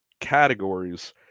categories